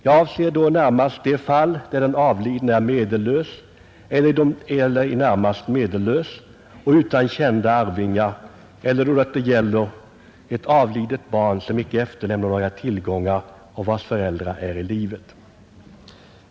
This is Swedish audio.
Jag avser då närmast de fall där den avlidne är medellös eller i det närmaste medellös och utan kända arvingar eller då det gäller ett avlidet barn som icke efterlämnat några tillgångar och vars föräldrar är i livet.